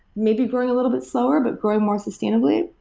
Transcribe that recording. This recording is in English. maybe growing a little bit slower, but growing more sustainably,